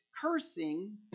cursing